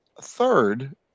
third